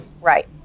Right